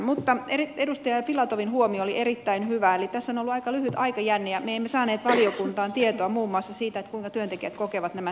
mutta edustaja filatovin huomio oli erittäin hyvä eli tässä on ollut aika lyhyt aikajänne ja me emme saaneet valiokuntaan tietoa muun muassa siitä kuinka työntekijät kokevat nämä työajat